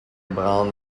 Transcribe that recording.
braun